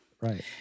right